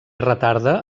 retarda